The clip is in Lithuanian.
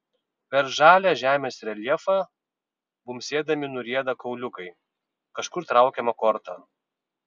per žalią žemės reljefą bumbsėdami nurieda kauliukai kažkur traukiama korta